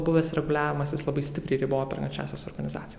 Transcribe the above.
buvęs reguliavimas jis labai stipriai ribojo perkančiąsias organizacijas